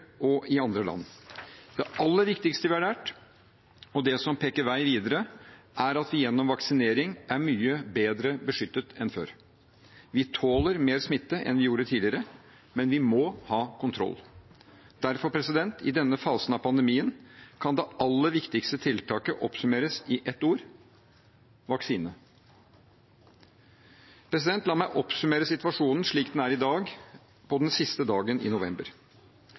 og i andre land. Det aller viktigste vi har lært, og det som peker vei videre, er at vi gjennom vaksinering er mye bedre beskyttet enn før. Vi tåler mer smitte enn vi gjorde tidligere, men vi må ha kontroll. Derfor, i denne fasen av pandemien kan det aller viktigste tiltaket oppsummeres i ett ord: vaksine. La meg oppsummere situasjonen slik den er i dag, på den siste dagen i november.